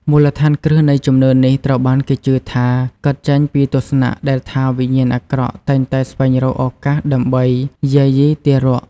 មូលដ្ឋានគ្រឹះនៃជំនឿនេះត្រូវបានគេជឿថា កើតចេញពីទស្សនៈដែលថា វិញ្ញាណអាក្រក់តែងតែស្វែងរកឱកាសដើម្បីយាយីទារក។